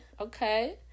Okay